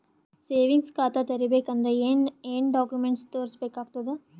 Savings ಖಾತಾ ತೇರಿಬೇಕಂದರ ಏನ್ ಏನ್ಡಾ ಕೊಮೆಂಟ ತೋರಿಸ ಬೇಕಾತದ?